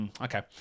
Okay